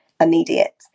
immediate